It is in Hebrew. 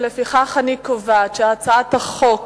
לפיכך אני קובעת שהצעת חוק